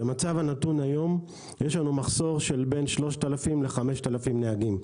במצב הנתון היום יש לנו מחסור של 3,000-5,000 נהגים.